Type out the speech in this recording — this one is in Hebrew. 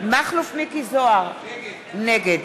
מכלוף מיקי זוהר, נגד